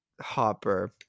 Hopper